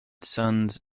sons